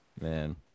Man